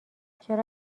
چرا